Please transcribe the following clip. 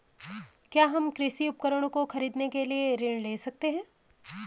क्या हम कृषि उपकरणों को खरीदने के लिए ऋण ले सकते हैं?